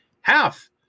half